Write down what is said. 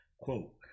Quote